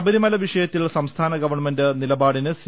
ശബരിമല വിഷയത്തിൽ സംസ്ഥാന ഗവൺമെന്റ് നിലപാടിന് സി